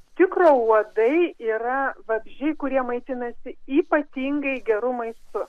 tikro uodai yra vabzdžiai kurie maitinasi ypatingai geru maistu